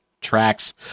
tracks